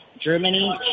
Germany